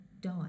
die